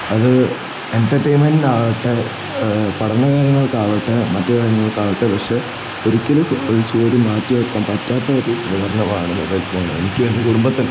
അത് എൻറ്റർടൈൻമെൻറ്റിനാവട്ടെ പഠന കാര്യങ്ങൾക്കാവട്ടെ മറ്റ് കാര്യങ്ങൾക്കാവട്ടെ പക്ഷേ ഒരിക്കലും ഒരു ജീവിതത്തിൽ മാറ്റി വെക്കാൻ പറ്റാത്ത ഒരു ഉപകരണമാണ് മൊബൈൽ ഫോണ് എനിക്ക് എൻ്റെ കുടുംബത്തിൽ